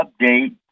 update